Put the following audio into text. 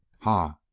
Ha